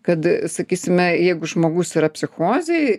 kad sakysime jeigu žmogus yra psichozėj